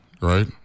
right